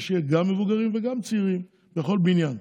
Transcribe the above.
שיהיו גם מבוגרים וגם צעירים בכל בניין,